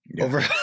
over